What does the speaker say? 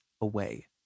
away